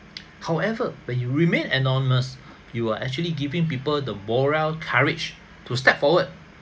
however by you remained anonymous you are actually giving people the morale courage to step forward